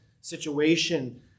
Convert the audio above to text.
situation